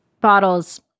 bottles